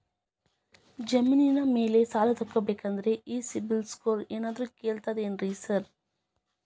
ಜಮೇನಿನ ಮ್ಯಾಲೆ ಸಾಲ ತಗಬೇಕಂದ್ರೆ ಈ ಸಿಬಿಲ್ ಸ್ಕೋರ್ ಏನಾದ್ರ ಕೇಳ್ತಾರ್ ಏನ್ರಿ ಸಾರ್?